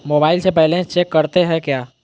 Mobile से balance check करते हैं क्या?